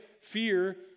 fear